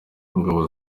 ingabo